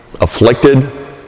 afflicted